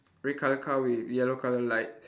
red colour car with yellow colour lights